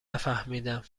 نفهمیدم